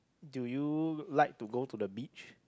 do you like to go to the beach